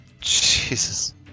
Jesus